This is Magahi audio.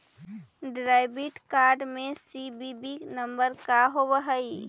डेबिट कार्ड में सी.वी.वी नंबर का होव हइ?